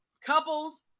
couples